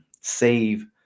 save